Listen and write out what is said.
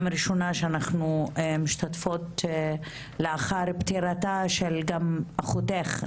ראשונה שאנחנו משתתפות לאחר פטירתה של אחותך,